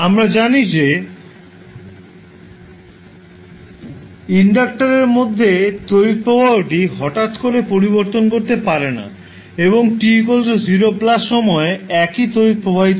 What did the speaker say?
আমরা জানি যে ইন্ডাক্টরের মধ্যে তড়িৎ প্রবাহটি হঠাৎ করে পরিবর্তন করতে পারে না এবং t 0 সময়ে একই তড়িৎ প্রবাহিত হয়